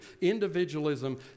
individualism